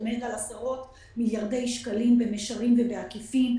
עומד על עשרות מיליארד שקלים במישרין ובעקיפין.